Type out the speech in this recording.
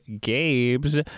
Gabe's